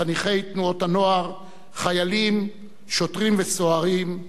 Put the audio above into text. חניכי תנועות הנוער, חיילים, שוטרים וסוהרים,